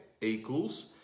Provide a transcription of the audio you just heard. equals